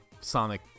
Sonic